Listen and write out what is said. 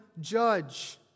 judge